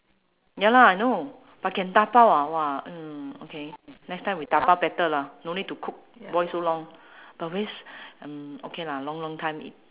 ya lah I know but can dabao ah !wah! mm okay next time we dabao better lah no need to cook boil so long but waste mm okay lah long long time